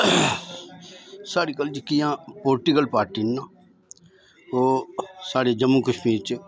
साढ़ी जियां political party न ओह् साढ़े जम्मू कश्मीर च